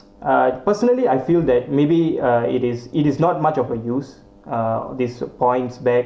uh personally I feel that maybe uh it is it is not much of a use uh these points back